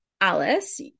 Alice